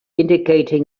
indicating